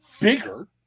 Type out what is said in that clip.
bigger